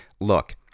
Look